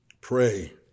Pray